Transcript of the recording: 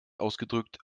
ausgedrückt